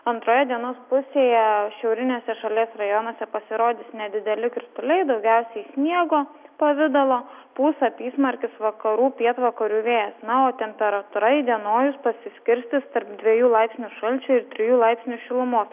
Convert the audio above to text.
antroje dienos pusėje šiauriniuose šalies rajonuose pasirodys nedideli krituliai daugiausiai sniego pavidalo pūs apysmarkis vakarų pietvakarių vėjas na o temperatūra įdienojus pasiskirstys tarp dviejų laipsnių šalčio ir trijų laipsnių šilumos